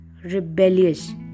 rebellious